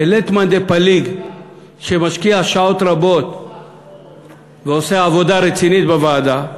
שלית מאן דפליג שהוא משקיע שעות רבות ועושה עבודה רצינית בוועדה,